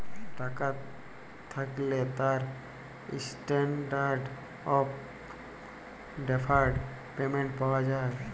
টাকা থ্যাকলে তার ইসট্যানডারড অফ ডেফারড পেমেন্ট পাওয়া যায়